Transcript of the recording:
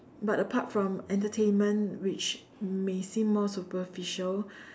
but apart from entertainment which may seem more superficial